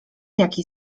jaki